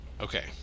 Okay